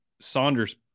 saunders